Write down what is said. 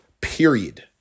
period